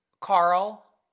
Carl